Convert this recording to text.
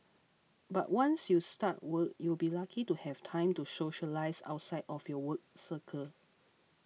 but once you start work you'll be lucky to have time to socialise outside of your work circle